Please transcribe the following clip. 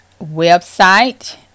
website